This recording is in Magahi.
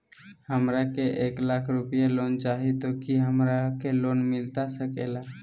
हमरा के एक लाख रुपए लोन चाही तो की हमरा के लोन मिलता सकेला?